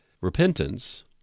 Repentance